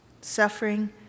Suffering